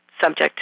subject